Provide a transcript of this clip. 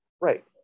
right